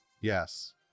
yes